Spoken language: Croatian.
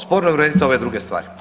Sporno je urediti ove druge stvari.